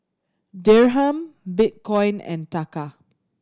Dirham Bitcoin and Taka